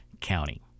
county